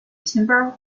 timber